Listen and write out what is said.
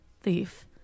thief